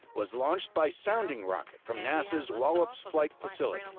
was launched by sounding rocket from nasa's wallops flight facility,